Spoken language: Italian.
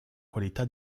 qualità